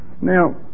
Now